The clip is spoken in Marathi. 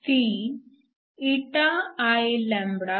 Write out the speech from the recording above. ती ηIλhcD